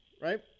right